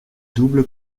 double